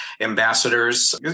ambassadors